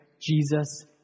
Jesus